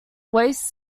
waist